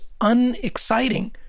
unexciting